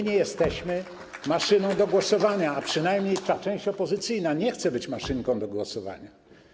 Nie jesteśmy maszynką do głosowania, a przynajmniej ta część opozycyjna nie chce być maszynką do głosowania.